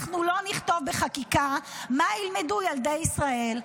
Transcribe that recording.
אנחנו לא נכתוב בחקיקה מה ילמדו ילדי ישראל.